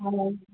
হয়